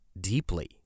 deeply